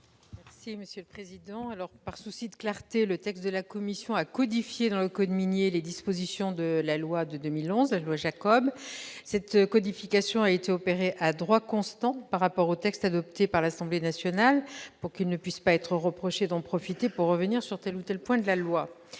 est à Mme le rapporteur. Par souci de clarté, le texte de la commission a codifié dans le code minier les dispositions de la loi Jacob de 2011. Cette codification a été opérée « à droit constant » par rapport au texte adopté par l'Assemblée nationale, afin qu'il ne puisse nous être reproché d'en profiter pour revenir sur tel ou tel point de la loi.